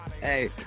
hey